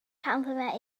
compliment